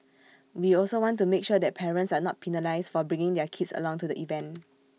we also want to make sure that parents are not penalised for bringing their kids along to the event